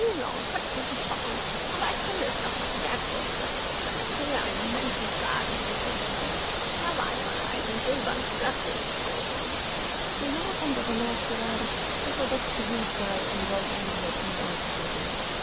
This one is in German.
und katzen zu foppen aber ich finde es doch noch merkwürdiger daß eine krähe einem menschen schaden zufügen kann ich habeeinmaleinensilbernenlöffelgestohlen der junge fand aber nachgerade daß er doch zu gut sei um solch ein gewäschmitanzuhören nein